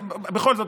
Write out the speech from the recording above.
אבל בכל זאת,